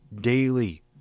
daily